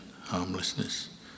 harmlessness